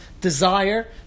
desire